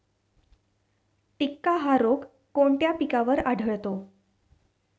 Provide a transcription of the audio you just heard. टिक्का हा रोग कोणत्या पिकावर आढळतो?